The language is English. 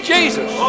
Jesus